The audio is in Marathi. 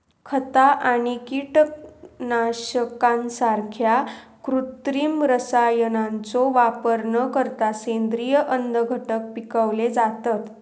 खता आणि कीटकनाशकांसारख्या कृत्रिम रसायनांचो वापर न करता सेंद्रिय अन्नघटक पिकवले जातत